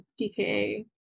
DKA